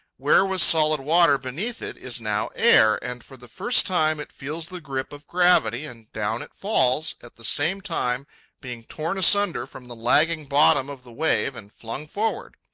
where was solid water beneath it, is now air, and for the first time it feels the grip of gravity, and down it falls, at the same time being torn asunder from the lagging bottom of the wave and flung forward.